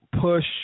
push